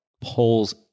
pulls